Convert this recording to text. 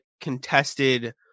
contested